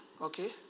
okay